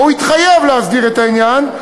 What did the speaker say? והוא התחייב להסדיר את העניין,